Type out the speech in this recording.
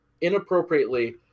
inappropriately